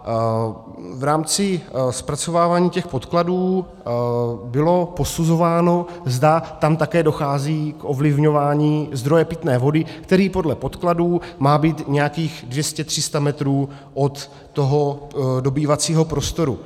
V rámci zpracovávání podkladů bylo posuzováno, zda tam také dochází k ovlivňování zdroje pitné vody, který podle podkladů má být nějakých 200, 300 metrů od toho dobývacího prostoru.